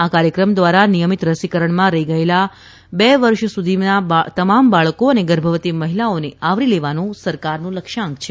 આ કાર્યક્રમ દ્વારા નિયમિત રસીકરણમાં રહી ગયેલા બે વર્ષ સુધીમાં તમામ બાળકો અને ગર્ભવતી મહિલાઓને આવરી લેવાનો સરકારનો લક્ષ્યાંક છે